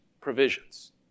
provisions